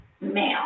male